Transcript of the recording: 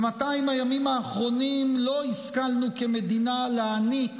ב-200 הימים האחרונים לא השכלנו כמדינה להעניק